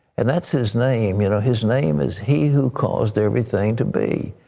and that's his name. you know his name is he who caused everything to be.